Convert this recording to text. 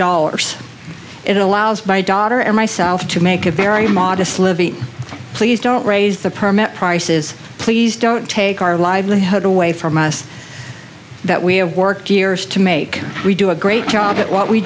dollars it allows by daughter and myself to make a very modest living please don't raise the permit prices please don't take our livelihood away from us that we have worked years to make we do a great job at what we